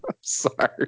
Sorry